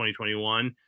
2021